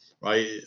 right